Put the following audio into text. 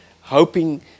hoping